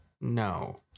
No